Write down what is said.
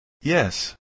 Yes